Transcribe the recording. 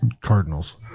Cardinals